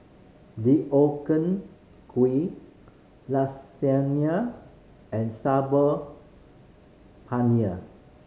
Deodeok Gui Lasagne and Saag Paneer